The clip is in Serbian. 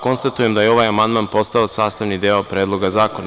Konstatujem da je ovaj amandman postao sastavni deo Predloga zakona.